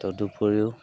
তদুপৰিও